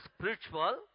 spiritual